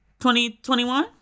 2021